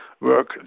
work